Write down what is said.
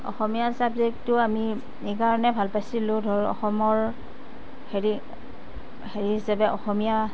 অসমীয়া ছাবজেক্টটো আমি এইকাৰণে ভাল পাইছিলো ধৰ অসমৰ হেৰি হেৰি হিচাপে অসমীয়া